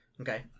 Okay